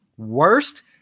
worst